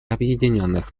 объединенных